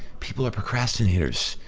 people are procrastinators.